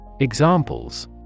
Examples